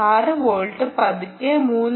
6 volt പതുക്കെ 3